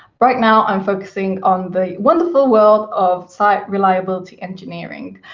right now, i'm focusing on the wonderful world of site reliability engineering,